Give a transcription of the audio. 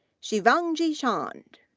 shivangi chand,